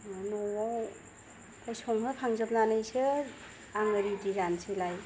न'आव संहोखांजोबनानैसो आङो रेडि जानोसैलाय